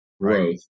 growth